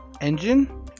Engine